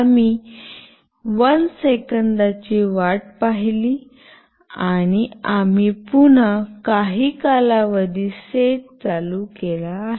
आम्ही 1 सेकंदाची वाट पाहिली आणि आम्ही पुन्हा काही कालावधी सेट चालू केला आहे